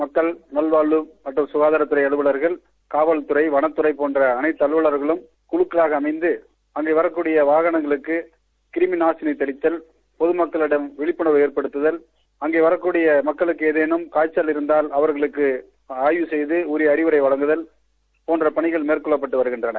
மக்கள் நல்வாழ்வு மற்றும் சுகாதாத் துறை அலுவலா்கள் காவல்தறை வனத்தறை போன்ற அளைத்து துறையினரும் குழுக்களாக அமைந்து அங்கு வாக்கடிய அளைத்து வாகனங்களுக்கும் கிருமி நாசினி தெளித்தல் பொதுமக்களிடம் வழிப்புணர்வு ஏற்படுத்துகல் அங்கே வரக்கூடிய மக்குளக்கு காய்ச்சல் ஏதேனும் இருந்தால் அவர்களை அய்வு செய்து அவர்களுக்கு உரிய அறிவுரை வழங்குதல் போன்ற பணிகள் மேற்கொள்ளப்பட்டு வருகின்றன